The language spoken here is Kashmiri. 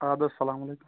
اَدٕ حظ السلام علیکم